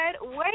wait